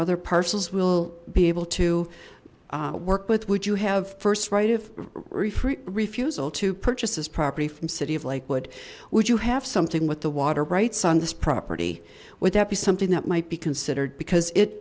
other parcels we'll be able to work with would you have first right of refusal to purchase this property from city of lakewood would you have something with the water rights on this property would that be something that might be considered because it